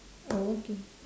okay